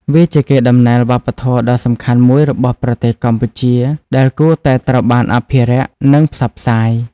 វាជាកេរដំណែលវប្បធម៌ដ៏សំខាន់មួយរបស់ប្រទេសកម្ពុជាដែលគួរតែត្រូវបានអភិរក្សនិងផ្សព្វផ្សាយ។